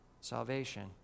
salvation